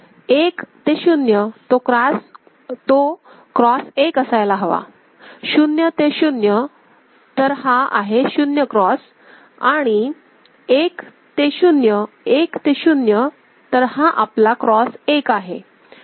तर 1 ते 0 तो क्रॉस 1 असायला हवा 0 ते 0 तर हा आहे 0 क्रॉस आणि 1 ते 0 1 ते 0 तर हा आपला क्रॉस 1 आहे